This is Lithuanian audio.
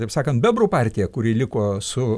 taip sakant bebrų partija kuri liko su